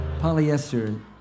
Polyester